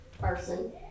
person